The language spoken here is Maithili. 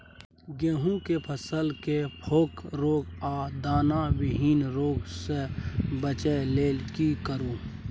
गेहूं के फसल मे फोक रोग आ दाना विहीन रोग सॅ बचबय लेल की करू?